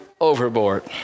overboard